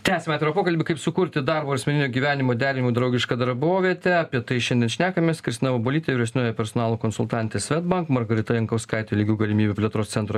tęsiam atvirą pokalbį kaip sukurti darbo ir asmeninio gyvenimo derinimui draugišką darbovietę apie tai šiandien šnekamės kristina vabolytė vyresnioji personalo konsultantė swedbank margarita jankauskaitė lygių galimybių plėtros centro